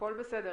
הכול בסדר,